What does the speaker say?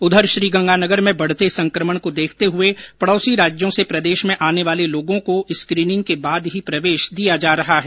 उधर श्रीगंगानगर में बढते संकमण को देखते हुये पड़ोसी राज्यों से प्रदेश में आने वाले लोगों को स्कीनिंग के बाद ही प्रवेश दिया जा रहा है